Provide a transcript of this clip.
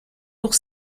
pour